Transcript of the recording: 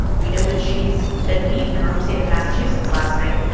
we know that she's been beat in her home state of massachusetts last night,